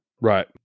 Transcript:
Right